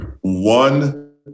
One